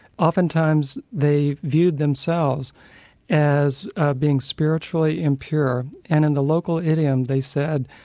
oftentimes they viewed themselves as ah being spiritually impure and in the local idiom they said,